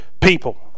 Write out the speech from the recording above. people